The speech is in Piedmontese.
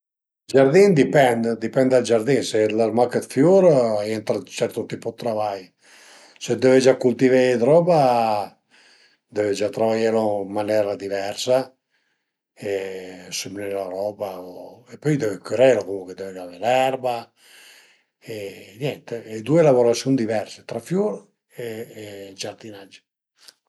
Ël giardin dipend, dipend dal giardin, se l'as mach dë fiur a ie ën certo tipu dë travai, së deve gia cultiveie d'roba, deve gia travaielu ën manera diversa e sëmëné la roba e pöi deve cürelu, deve gavé l'erba e niente a ie due lavurasiun diverse tra fiur e giardinage